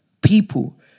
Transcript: people